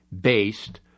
based